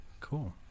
Cool